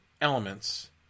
elements